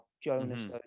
Jonas